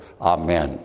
Amen